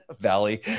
Valley